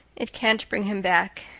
it can't bring him back.